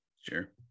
sure